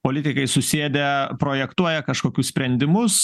politikai susėdę projektuoja kažkokius sprendimus